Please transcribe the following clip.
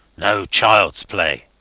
no childs play.